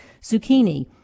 zucchini